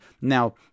now